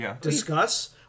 discuss